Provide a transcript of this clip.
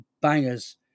bangers